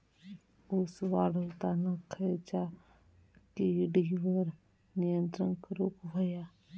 ऊस वाढताना खयच्या किडींवर नियंत्रण करुक व्हया?